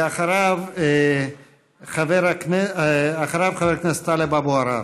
ואחריו, חבר הכנסת טלב אבו עראר.